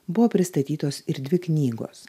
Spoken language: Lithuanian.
buvo pristatytos ir dvi knygos